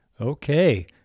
Okay